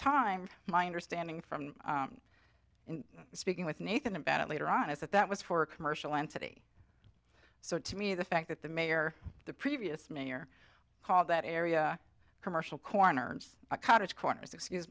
time my understanding from in speaking with nathan about it later on is that that was for a commercial entity so to me the fact that the mayor the previous mayor called that area commercial corners caught its corners excuse